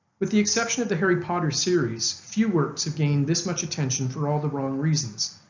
but the exception of the harry potter series few works have gained this much attention for all the wrong reasons.